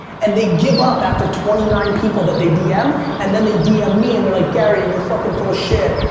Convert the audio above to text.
and they give up after twenty nine people that they dm, and then they dm me and they're like, gary, you're fucking full of shit,